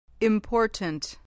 Important